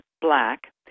Black